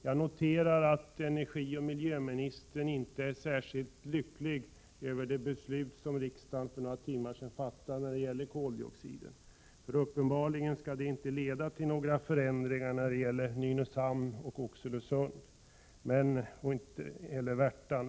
Jag noterar att energioch miljöministern inte är särskilt lycklig över de beslut som riksdagen för några timmar sedan fattade beträffande koldioxiden. Uppenbarligen skall det inte leda till några förändringar när det gäller Nynäshamn, Oxelösund eller Värtan.